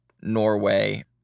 Norway